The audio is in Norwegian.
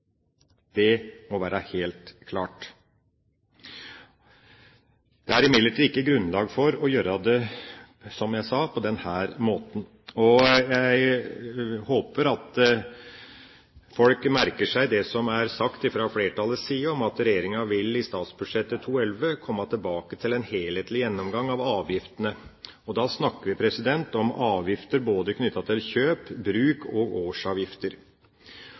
Det må være helt klart! Det er imidlertid ikke, som jeg sa, grunnlag for å gjøre det på denne måten. Jeg håper at folk merker seg det som er sagt fra flertallets side, om at regjeringen i statsbudsjettet 2011 vil komme tilbake til en helhetlig gjennomgang av avgiftene. Da snakker vi om avgifter knyttet til både kjøp og bruk og om årsavgifter.